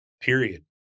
period